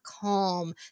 calm